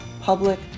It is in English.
public